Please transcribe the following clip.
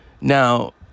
Now